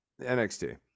nxt